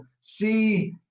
see